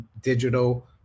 digital